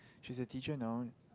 she's a teacher now